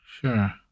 sure